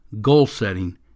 goal-setting